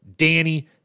Danny